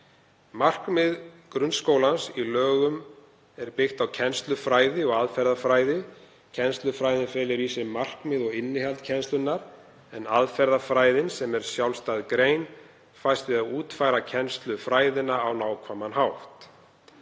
Markmið grunnskólans í lögum er byggt á kennslufræði og aðferðafræði. Kennslufræðin felur í sér markmið og innihald kennslunnar en aðferðafræðin, sem er sjálfstæð grein, fæst við að útfæra kennslufræðina á nákvæman hátt.